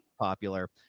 popular